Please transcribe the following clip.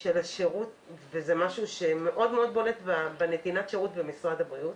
של השירות וזה משהו שמאוד מאוד בולט בנתינת השירות במשרד הבריאות.